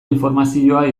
informazioa